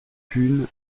pune